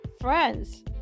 friends